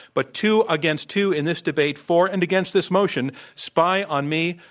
but two against two in this debate for and against this motion spy on me,